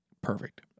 Perfect